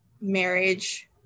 marriage